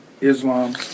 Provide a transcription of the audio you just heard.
Islam